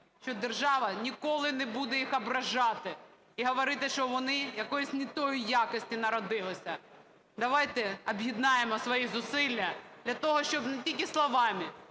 що держава ніколи не буде їх ображати і говорити, що вони якоїсь не тої якості народилися. Давайте об'єднаємо свої зусилля для того, щоб не тільки словами,